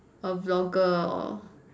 a vlogger or